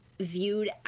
viewed